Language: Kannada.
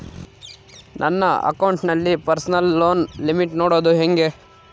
ನನ್ನ ಅಕೌಂಟಿನಲ್ಲಿ ಪರ್ಸನಲ್ ಲೋನ್ ಲಿಮಿಟ್ ನೋಡದು ಹೆಂಗೆ?